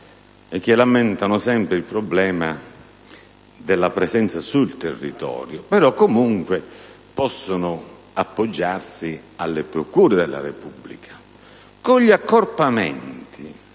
esse lamentano sempre il problema della presenza sul territorio, ma comunque possono appoggiarsi alle procure della Repubblica. Con gli accorpamenti